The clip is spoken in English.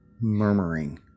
murmuring